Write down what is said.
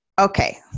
Okay